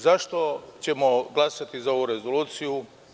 Zašto ćemo glasati za ovu rezoluciju?